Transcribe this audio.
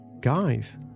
guys